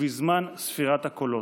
ובזמן ספירת הקולות.